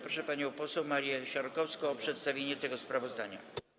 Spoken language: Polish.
Proszę panią poseł Annę Marię Siarkowską o przedstawienie tego sprawozdania.